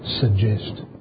suggest